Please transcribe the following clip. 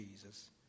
Jesus